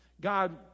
God